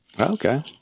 Okay